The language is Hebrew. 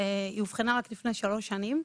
היא אובחנה רק לפני שלוש שנים.